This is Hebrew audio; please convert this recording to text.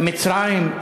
מצרים,